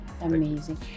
amazing